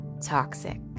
toxic